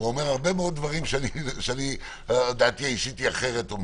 הוא אומר הרבה מאוד דברים שדעתי האישית היא אחרת.